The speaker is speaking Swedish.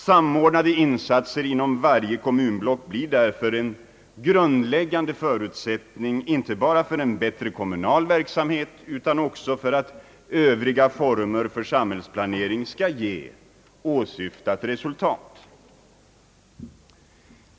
Samordnade insatser inom varje kommunblock blir därför en grundläggande förutsättning inte bara för en bättre kommunal verksamhet, utan också för att övriga former för samhällsplaneringen skall ge åsyftat resultat.